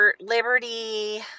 Liberty